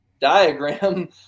diagram